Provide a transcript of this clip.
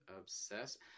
obsessed